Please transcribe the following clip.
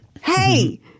hey